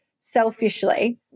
selfishly